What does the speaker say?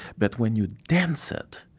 but when you dance it,